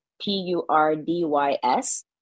P-U-R-D-Y-S